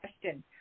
question